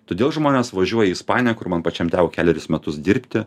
todėl žmonės važiuoja į ispaniją kur man pačiam teko kelerius metus dirbti